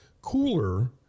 cooler